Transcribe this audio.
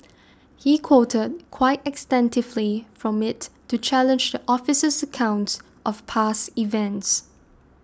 he quoted quite extensively from it to challenge the officer's account of past events